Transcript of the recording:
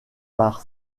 par